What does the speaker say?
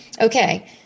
okay